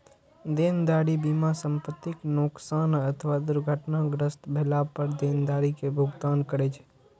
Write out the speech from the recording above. देनदारी बीमा संपतिक नोकसान अथवा दुर्घटनाग्रस्त भेला पर देनदारी के भुगतान करै छै